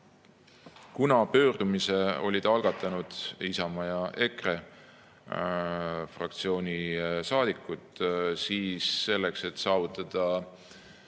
Kuna pöördumise olid algatanud Isamaa ja EKRE fraktsiooni saadikud, siis selleks, et saavutada